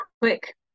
quick